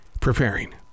preparing